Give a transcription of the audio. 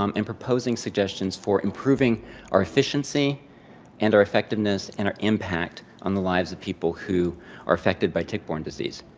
um and proposing suggestions for improving our efficiency and our effectiveness and our impact on the lives of people who are affected by tick-borne disease.